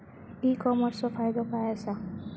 E कॉमर्सचो फायदो काय असा?